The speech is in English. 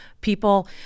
people